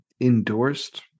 endorsed